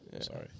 Sorry